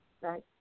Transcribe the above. Right